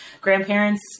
grandparents